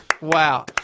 Wow